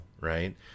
Right